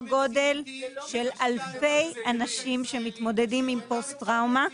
לאלפי אנשים שמתמודדים עם פוסט-טראומה.